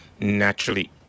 naturally